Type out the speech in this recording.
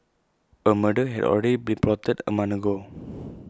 A murder had already been plotted A month ago